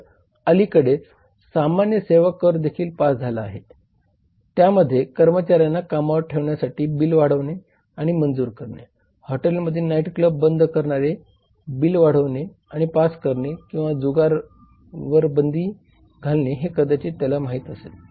तर अलीकडेच सामान्य सेवा कर देखील पास झाला आहे त्यामध्ये कर्मचाऱ्यांना कामावर ठेवण्यासाठी बिल वाढवणे आणि मंजूर करणे हॉटेलमधील नाइट क्लब बंद करणारे बिल वाढवणे आणि पास करणे किंवा जुगारावर बंदी घालणे हे कदाचित त्याला माहित असेल